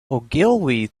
ogilvy